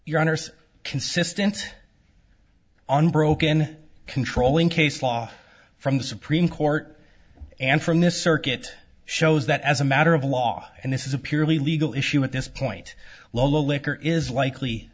honour's consistent unbroken control in case law from the supreme court and from this circuit shows that as a matter of law and this is a purely legal issue at this point lola liquor is likely